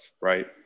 right